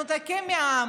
מנותקים מהעם.